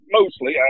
Mostly